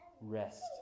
Rest